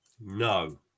No